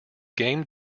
game